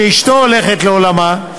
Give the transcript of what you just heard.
שאשתו הלכה לעולמה,